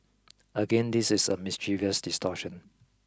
again this is a mischievous distortion